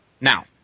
now